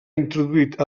introduït